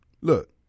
look